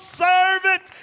servant